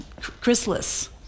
chrysalis